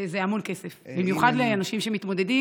זה המון כסף, במיוחד לאנשים שמתמודדים.